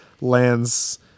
lands